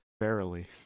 verily